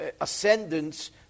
ascendance